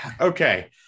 okay